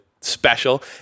special